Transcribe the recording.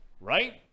right